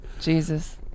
Jesus